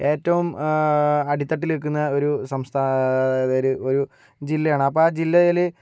ഏറ്റവും അടിത്തട്ടിൽ നിൽക്കുന്ന ഒരു സംസ്ഥ അതാ ഒരു ജില്ലയാണ് അപ്പം ആ ജില്ലയില്